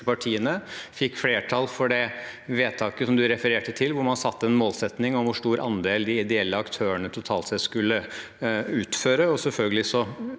partiene, fikk flertall for det vedtaket som representanten refererte til, hvor man satte en målsetting om hvor stor andel de ideelle aktørene totalt sett skulle utføre. Regjeringen